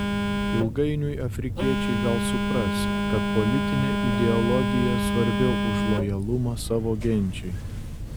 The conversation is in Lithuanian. ilgainiui afrikiečiai gal supras kad politinė ideologija svarbiau už lojalumą savo genčiai